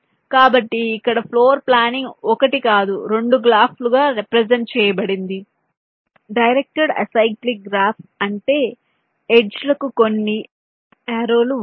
కాబట్టి ఇక్కడ floor planning ఒకటి కాదు రెండు గ్రాఫ్లు గా రెప్రెసెంట్ చేయబడింది డైరెక్ట్డ్ ఎసిక్లిక్ గ్రాఫ్లు అంటే ఎడ్జ్ లకు కొన్ని యార్రౌ లు ఉంటాయి